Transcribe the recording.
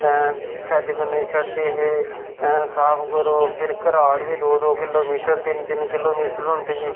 हैं छज्ज कन्नै छटदे हे हैं साफ करो फिर घराट बी दो दो किलोमीटर तिन्न तिन्न किलोमीटर होंदे हे